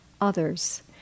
others